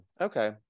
okay